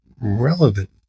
relevant